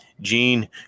Gene